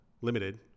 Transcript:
Limited